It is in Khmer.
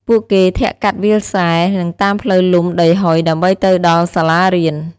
ពួកគេធាក់កាត់វាលស្រែនិងតាមផ្លូវលំដីហុយដើម្បីទៅដល់សាលារៀន។